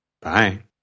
bye